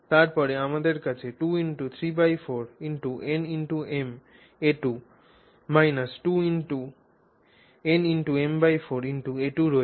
তারপরে আমাদের কাছে 2×34 nma2 2×n m4 a2 রয়েছে